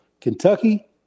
Kentucky